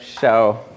show